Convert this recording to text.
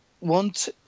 want